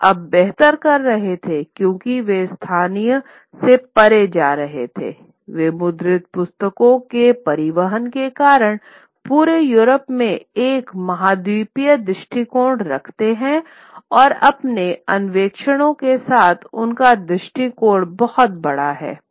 लोग अब बेहतर कर रहे थे क्योंकि वे स्थानीय से परे जा रहे हैं वे मुद्रित पुस्तकों के परिवहन के कारण पूरे यूरोप में एक महाद्वीपीय दृष्टिकोण रखते हैं और अपने अन्वेषणों के साथ उनका दृष्टिकोण बहुत बड़ा है